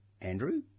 Andrew